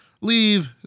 leave